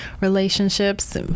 relationships